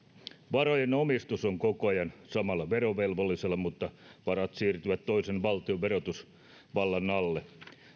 varojen omistus on koko ajan samalla verovelvollisella mutta varat siirtyvät toisen valtion verotusvallan alle